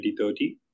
2030